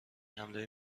حمله